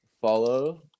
follow